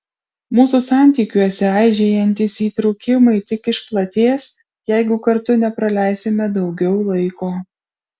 mūsų santykiuose aižėjantys įtrūkimai tik išplatės jeigu kartu nepraleisime daugiau laiko